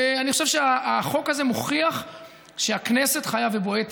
אני חושב שהחוק הזה מוכיח שהכנסת חיה ובועטת.